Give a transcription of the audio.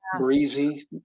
breezy